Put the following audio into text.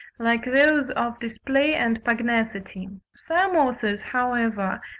like those of display and pugnacity. some authors, however,